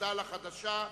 מפד"ל החדשה.